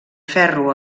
ferro